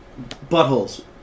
buttholes